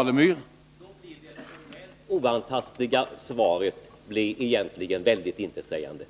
Herr talman! Då blir det formellt oantastliga svaret väldigt intetsägande.